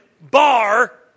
Bar